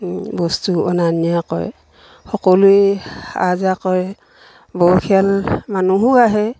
বস্তু অনা নিয়া কৰে সকলোৱে আহ জাহ কৰে বৰসীয়াল মানুহো আহে